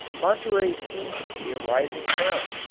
monterey seems to be a rising town.